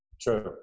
True